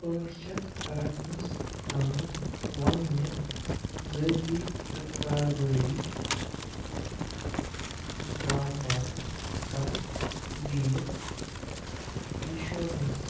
ٲٹھ شیٚتھ رقمَس تام وَن مےٚ ذٲتی تہٕ کاربٲری ڈرٛاپ باپتھ کانٛہہ ڈیٖل اِنشورنس